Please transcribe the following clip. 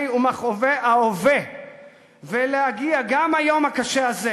ומכאובי ההווה ולהגיע גם ליום הקשה הזה,